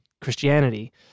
Christianity